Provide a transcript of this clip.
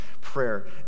prayer